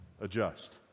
adjust